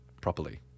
properly